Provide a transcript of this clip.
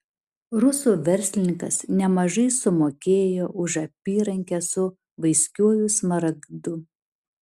rusų verslininkas nemažai sumokėjo už apyrankę su vaiskiuoju smaragdu